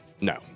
No